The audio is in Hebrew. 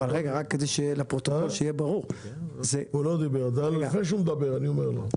הוא לא דיבר עדיין, לפני שהוא מדבר אני אומר לו.